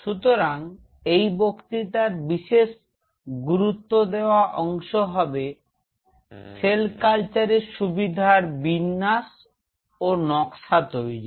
সুতরাং এই বক্তৃতার বিশেষ গুরুত্ব দেওয়া অংশ হবে সেল কালচারের সুবিধার বিন্যাস ও নকশা তৈরি